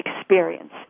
experience